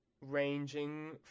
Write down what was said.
ranging